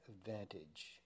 advantage